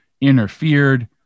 interfered